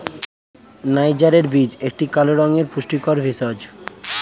নাইজারের বীজ একটি কালো রঙের পুষ্টিকর ভেষজ